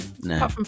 No